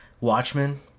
Watchmen